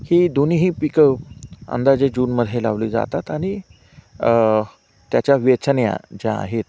ही दोन्हीही पिकं अंदाजे जूनमध्ये लावली जातात आणि त्याच्या वेचण्या ज्या आहेत